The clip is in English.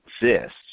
exists